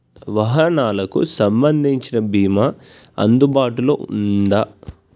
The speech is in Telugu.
వాహనాలకు సంబంధించిన బీమా అందుబాటులో ఉందా?